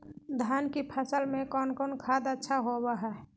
धान की फ़सल में कौन कौन खाद अच्छा होबो हाय?